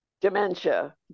dementia